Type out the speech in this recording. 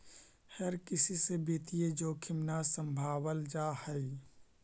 हर किसी से वित्तीय जोखिम न सम्भावल जा हई